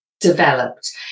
developed